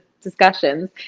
discussions